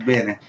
Bene